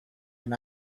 and